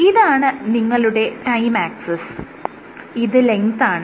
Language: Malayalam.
ഇതാണ് നിങ്ങളുടെ ടൈം ആക്സിസ് ഇത് ലെങ്താണ്